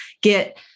get